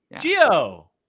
Geo